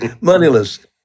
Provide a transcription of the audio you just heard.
moneyless